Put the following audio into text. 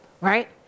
right